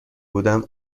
بودم